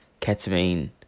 ketamine